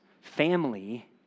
family